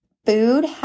Food